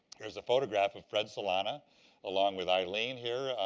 there's a photograph of fred solana along with eileen, here,